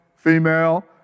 Female